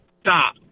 stop